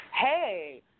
Hey